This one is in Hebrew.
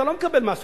אתה לא מקבל את המס,